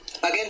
Again